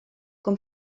com